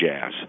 jazz